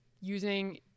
using